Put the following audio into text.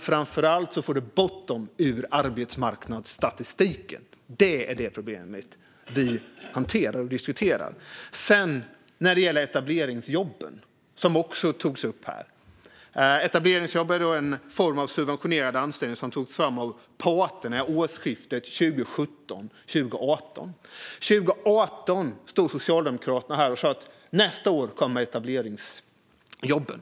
Framför allt får man bort dem från arbetsmarknadsstatistiken - det är detta problem som vi hanterar och diskuterar. Etableringsjobben har tagits upp här. Det är en form av subventionerad anställning som togs fram av arbetsmarknadens parter vid årsskiftet mellan 2017 och 2018. År 2018 stod Socialdemokraterna här och sa att nästa år kommer etableringsjobben.